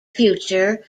future